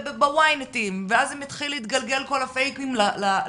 ואז כל הפייק מתחיל להתגלגל לרשתות,